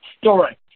story